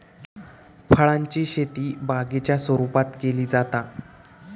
फळांची शेती बागेच्या स्वरुपात केली जाता